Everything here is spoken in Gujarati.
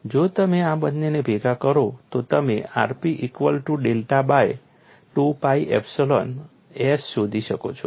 તેથી જો તમે આ બંનેને ભેગા કરો તો તમે rp equal to delta by 2pi epsilon s શોધી શકો છો